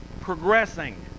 progressing